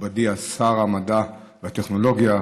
מכובדי שר המדע והטכנולוגיה,